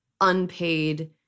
unpaid